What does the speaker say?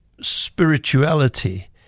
spirituality